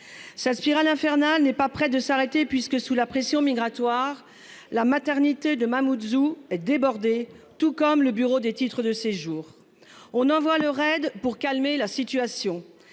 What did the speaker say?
Sa spirale infernale n'est pas prêt de s'arrêter puisque, sous la pression migratoire. La maternité de Mamoudzou débordé, tout comme le bureau des titres de séjour. On en voit le raid pour calmer la situation,